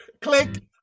click